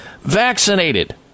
vaccinated